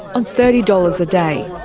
on thirty dollars a day.